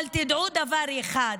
אבל תדעו דבר אחד: